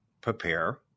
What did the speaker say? prepare